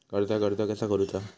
कर्जाक अर्ज कसा करुचा?